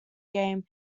game